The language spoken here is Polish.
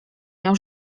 miał